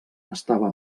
estava